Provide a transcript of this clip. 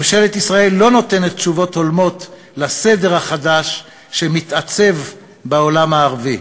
ממשלת ישראל לא נותנת תשובות הולמות לסדר החדש שמתעצב בעולם הערבי,